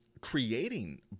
creating